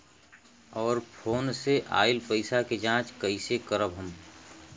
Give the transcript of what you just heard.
और फोन से आईल पैसा के जांच कैसे करब हम?